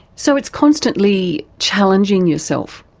so it's constantly challenging yourself?